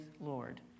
Lord